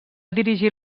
dirigir